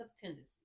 tendencies